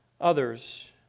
others